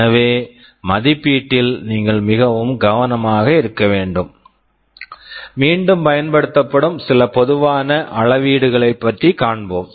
எனவே மதிப்பீட்டில் நீங்கள் மிகவும் கவனமாக இருக்க வேண்டும் மீண்டும் பயன்படுத்தப்படும் சில பொதுவான அளவீடுகள் பற்றி காண்போம்